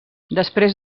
després